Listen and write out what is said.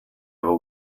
other